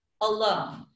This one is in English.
alone